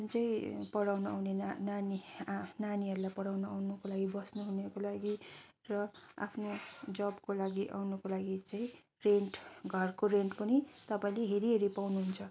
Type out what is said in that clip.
जुन चाहिँ पढाउनु आउने ना नानी आँ नानीहरूलाई पढाउनु आउनुको लागि बस्नु हुनेको लागि र आफ्नो जबको लागि आउनुको लागि चाहिँ रेन्ट घरको रेन्ट पनि तपाईँले हेरी हेरी पाउनु हुन्छ